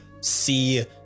see